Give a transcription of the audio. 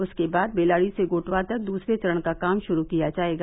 उसके बाद बेलाड़ी से गोटवा तक दूसरे चरण का काम शुरू किया जायेगा